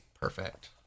Perfect